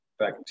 Back